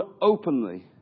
openly